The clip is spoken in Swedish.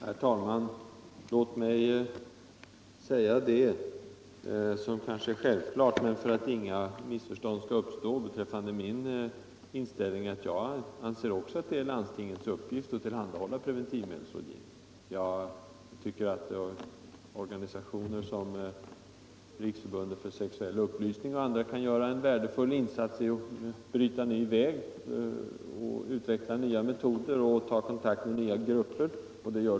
Herr talman! Låt mig säga — det är kanske självklart, men jag vill i alla fall säga det för att inga missförstånd skall uppstå beträffande min inställning — att också jag anser det vara landstingens uppgift att tillhandahålla preventivmedelsrådgivning. Riksförbundet för sexuell upplysning och andra organisationer kan göra en värdefull insats genom att bryta nya vägar, utveckla nya metoder och ta kontakt med nya grupper. Det gör de också.